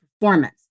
performance